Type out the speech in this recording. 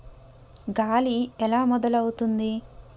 గాలి ఎలా మొదలవుతుంది?